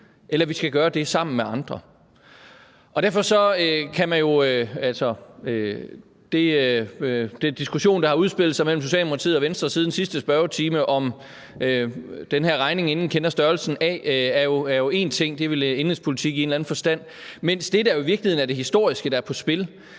eller om vi skal gøre det sammen med andre. Den diskussion, der har udspillet sig mellem Socialdemokratiet og Venstre siden sidste spørgetime om den her regning, som ingen kender størrelsen af, er jo én ting – det er vel i en eller anden forstand indenrigspolitik – mens det, der jo i virkeligheden er det historiske, der er på spil,